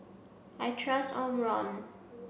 I trust Omron